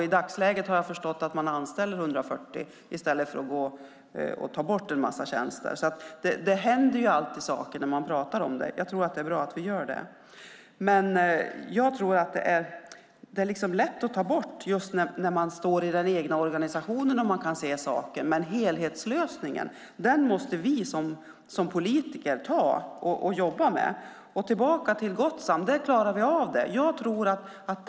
I dagsläget har jag förstått att man anställer 140 i stället för att ta bort en mängd tjänster. Det händer alltid saker när man pratar om frågan. Det är bra att vi gör det. Det är lätt att ta bort i den egna organisationen, men helhetslösningen måste vi politiker jobba med. Vi klarade av Gotsam.